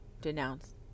denounce